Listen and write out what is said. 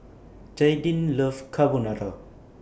Jaidyn loves Carbonara